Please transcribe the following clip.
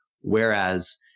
Whereas